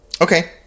Okay